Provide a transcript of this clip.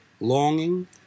longing